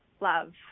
love